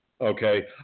okay